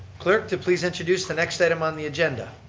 clerk to please introduce the next item on the agenda.